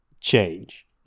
change